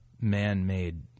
man-made